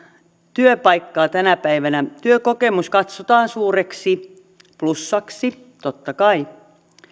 työpaikkaa tänä päivänä työkokemus katsotaan suureksi plussaksi totta kai